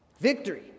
Victory